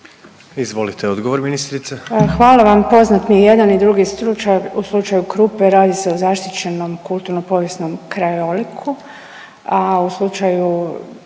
Koržinek, Nina (HDZ)** Hvala vam. Poznat mi je i jedan i drugi slučaj, u slučaju Krupe radi se o zaštićenom kulturno povijesnom krajoliku, a u slučaju